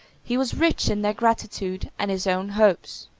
he was rich in their gratitude and his own hopes.